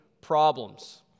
problems